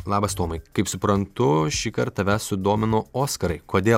labas tomai kaip suprantu šįkart tave sudomino oskarai kodėl